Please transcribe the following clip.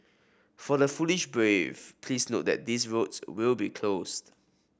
for the foolish brave please note that these roads will be closed